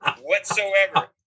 whatsoever